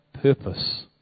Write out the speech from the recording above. purpose